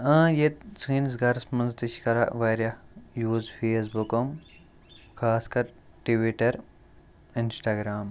اۭں ییٚتہِ سٲنِس گَرَس منٛز تہِ چھِ کَران واریاہ یوٗز فیسبُکم خاص کَر ٹِوِٹَر اِنَسٹاگرام